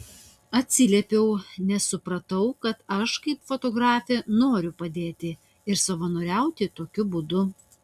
atsiliepiau nes supratau kad aš kaip fotografė noriu padėti ir savanoriauti tokiu būdu